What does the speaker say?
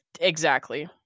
exactly-